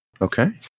Okay